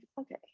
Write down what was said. okay